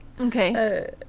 Okay